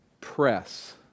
press